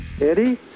Eddie